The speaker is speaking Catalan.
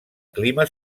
clima